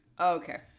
okay